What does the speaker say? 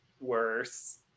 worse